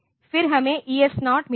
फिर हमें ES0 मिला है